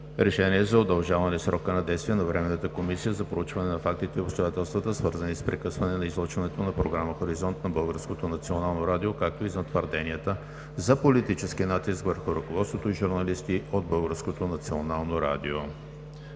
решение за удължаване срока на действие на Временната комисия за проучване на фактите и обстоятелствата, свързани с прекъсване на излъчването на програма „Хоризонт“ на Българското национално радио, както и на твърденията за политически натиск върху ръководството и журналисти от